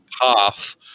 path